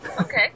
Okay